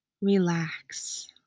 relax